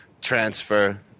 transfer